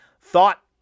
thought